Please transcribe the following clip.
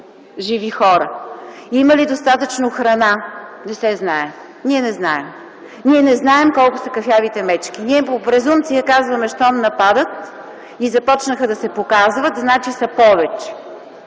живи хора? Има ли достатъчно храна? Не се знае. Ние не знаем колко са кафявите мечки. Ние по презумпция казваме: щом нападат и започнаха да се показват, значи са повече.